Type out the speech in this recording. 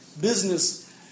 business